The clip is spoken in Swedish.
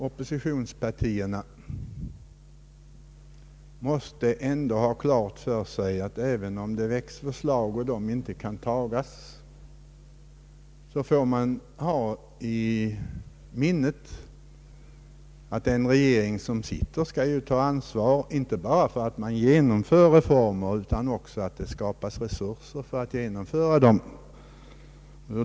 Oppositionspartierna bör ha klart för sig att den sittande regeringen inte bara skall ta ansvar för att genomföra reformer, det måste också skapas resurser för att kunna genomföra dem.